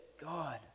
God